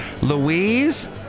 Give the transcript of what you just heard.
Louise